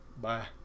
Bye